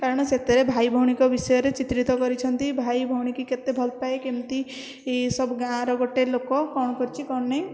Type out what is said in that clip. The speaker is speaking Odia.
କାରଣ ସେଥିରେ ଭାଇଭଉଣୀଙ୍କ ବିଷୟରେ ଚିତ୍ରିତ କରିଛନ୍ତି ଭାଇ ଭଉଣୀକୁ କେତେ ଭଲପାଏ କେମିତି ସବୁ ଗାଁର ଗୋଟେ ଲୋକ କ'ଣ କରିଛି କ'ଣ ନାଇଁ